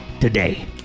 today